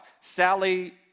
sally